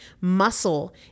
Muscle